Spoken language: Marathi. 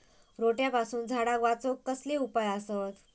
रोट्यापासून झाडाक वाचौक कसले उपाय आसत?